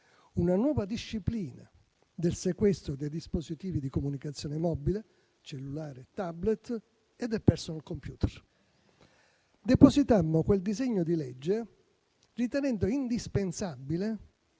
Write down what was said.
una nuova disciplina del sequestro dei dispositivi di comunicazione mobile, cellulari, *tablet* e *personal computer*. Depositammo quel disegno di legge ritenendo indispensabile